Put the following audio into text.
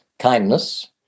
Kindness